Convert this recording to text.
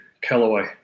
Callaway